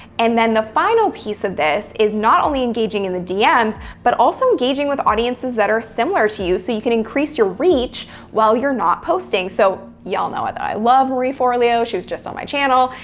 and then the final piece of this, is not only engaging in the dms, but also engaging with audiences that are similar to you, so you can increase your reach while you're not posting. so, y'all know that i love marie forleo, she was just on my channel,